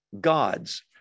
God's